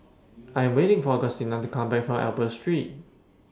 I Am waiting For Augustina to Come Back from Albert Street